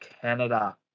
Canada